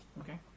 Okay